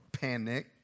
panic